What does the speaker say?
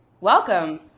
Welcome